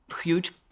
huge